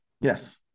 Yes